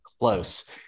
close